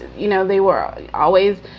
you know, they were always